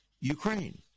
Ukraine